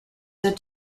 said